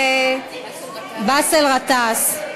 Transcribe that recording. של באסל גטאס,